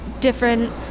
different